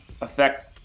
affect